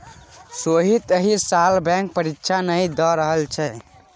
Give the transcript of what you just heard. सोहीत एहि साल बैंक परीक्षा नहि द रहल छै